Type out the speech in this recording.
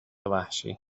وحشی